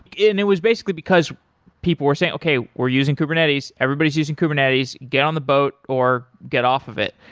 it and it was basically because people were saying, okay. we're using kubernetes. everybody's using kubernetes. get on the boat or get off of it.